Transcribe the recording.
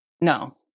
no